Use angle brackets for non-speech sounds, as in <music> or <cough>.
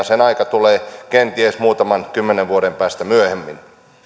<unintelligible> sen aika tulee kenties muutaman kymmenen vuoden päästä myöhemmin